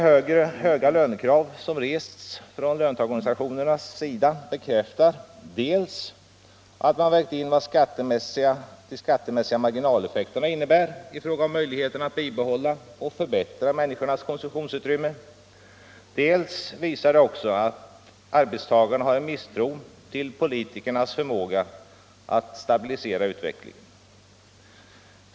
De höga lönekrav som rests från löntagarorganisationerna bekräftar dels att man vägt in vad de skattemässiga marginaleffekterna innebär i fråga om möjligheten att bibehålla och förbättra människornas konsumtionsutrymme, dels visar det också arbetstagarnas misstro till politikernas förmåga att stabilisera utvecklingen.